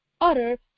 utter